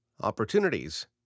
opportunities